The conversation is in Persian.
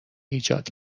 ایجاد